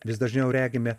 vis dažniau regime